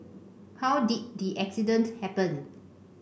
how did the accident happen